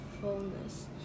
fullness